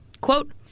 Quote